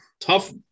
tough